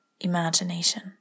imagination